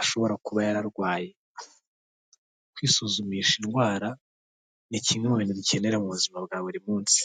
ashobora kuba yararwaye. Kwisuzumisha indwara ni kimwe mu bintu dukenera mu buzima bwa buri munsi.